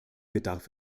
bedarf